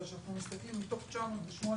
אבל כשאנחנו מסתכלים מתוך 908